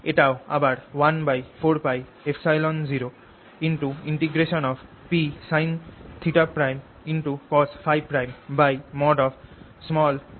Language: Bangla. এটাও আবার 1 4πε0Psinθ' cosՓ'